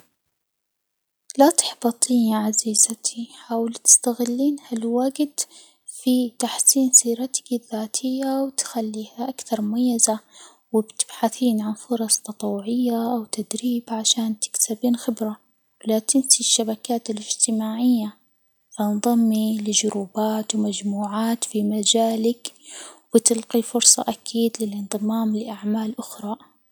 لا تحبطي يا عزيزتي، حاولي تستغلين هالوجت في تحسين سيرتك الذاتية، وتخليها أكثر مميزة، وبتبحثين عن فرص تطوعية وتدريب عشان تكسبين خبرة، ولا تنسي الشبكات الاجتماعية فانضمي لجروبات ومجموعات في مجالك وتلجي فرصة أكيد للانضمام لأعمال أخرى.